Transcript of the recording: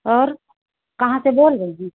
और कहाँ से बोल रही हैं